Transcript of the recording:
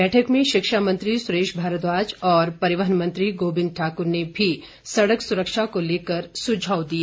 बैठक में शिक्षा मंत्री सुरेश भारद्वाज और परिवहन मंत्री गोविंद ठाकुर ने भी सड़क सुरक्षा को लेकर सुझाव दिए